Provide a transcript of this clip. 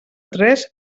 tres